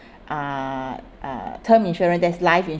uh uh term insurance that's life